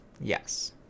Yes